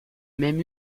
même